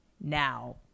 Now